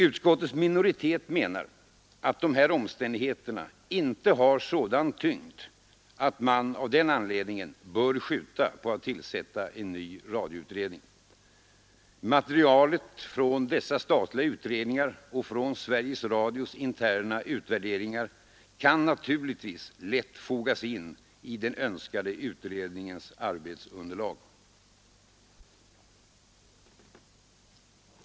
Utskottets minoritet menar att dessa omständigheter inte har sådan tyngd att man av den anledningen bör skjuta på att tillsätta en ny radioutredning. Materialet från dessa statliga utredningar och från Sveriges Radios interna utvärderingar kan naturligtvis lätt fogas in i den önskade utredningens arbetsunderlag.